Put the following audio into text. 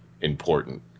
important